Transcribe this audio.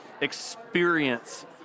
experience